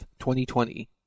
2020